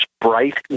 bright